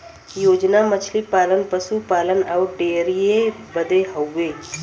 योजना मछली पालन, पसु पालन अउर डेयरीए बदे हउवे